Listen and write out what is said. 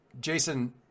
Jason